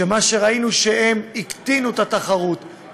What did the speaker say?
וראינו שהם הקטינו את התחרות,